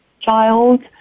child